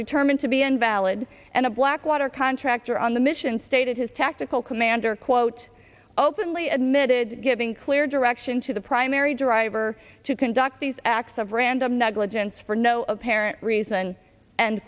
determined to be invalid and a blackwater contractor on the mission stated his tactical commander quote openly admitted giving clear direction to the primary driver to conduct these acts of random negligence for no apparent reason and